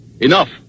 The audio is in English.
enough